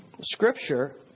Scripture